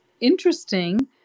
interesting